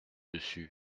dessus